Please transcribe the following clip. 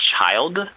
child